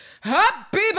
Happy